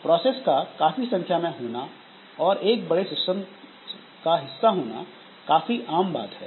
process का काफी संख्या में होना और एक बड़े सिस्टम का हिस्सा होना काफी आम बात है